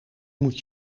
moet